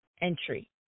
Entry